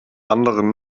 anderen